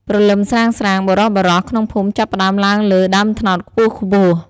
ព្រលឹមស្រាងៗ បុរសៗក្នុងភូមិចាប់ផ្ដើមឡើងលើដើមត្នោតខ្ពស់ៗ។